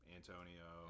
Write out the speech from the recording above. Antonio